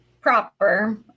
proper